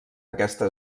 aquesta